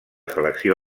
selecció